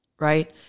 right